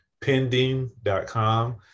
pending.com